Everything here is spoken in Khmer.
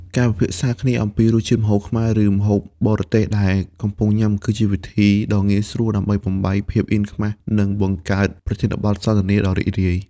ការពិភាក្សាគ្នាអំពីរសជាតិម្ហូបខ្មែរ ឬម្ហូបបរទេសដែលកំពុងញ៉ាំ គឺជាវិធីដ៏ងាយស្រួលដើម្បីបំបែកភាពអៀនខ្មាស និងបង្កើតប្រធានបទសន្ទនាដ៏រីករាយ។